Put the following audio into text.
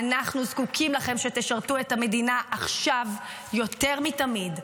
אנחנו זקוקים לכם שתשרתו את המדינה עכשיו יותר מזה תמיד.